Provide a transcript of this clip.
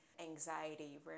anxiety